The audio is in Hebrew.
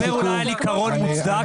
אתה מדבר אולי על עיקרון מוצדק,